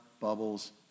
bubbles